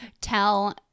tell